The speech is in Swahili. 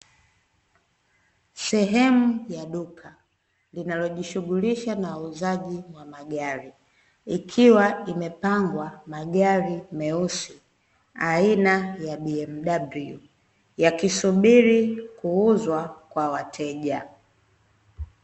Sehemu ya duka linalojishunghulisha na uuzaji wa magari, ikiwa imepangwa magari meusi aina ya bmw yakisubiri kuuzwa kwa wateja.